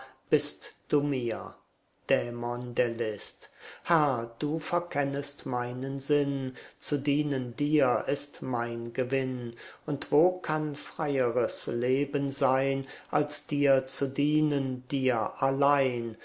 bist du mir dämon der list herr du verkennest meinen sinn zu dienen dir ist mein gewinn und wo kann freieres leben sein als dir zu dienen dir allein